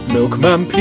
Milkman